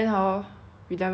给钱的